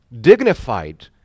dignified